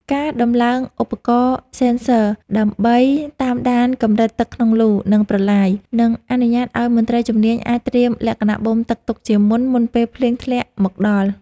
ការដំឡើងឧបករណ៍សិនស័រ (Sensors) ដើម្បីតាមដានកម្រិតទឹកក្នុងលូ និងប្រឡាយ នឹងអនុញ្ញាតឱ្យមន្ត្រីជំនាញអាចត្រៀមលក្ខណៈបូមទឹកទុកជាមុន មុនពេលភ្លៀងធ្លាក់មកដល់។